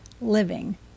living